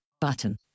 button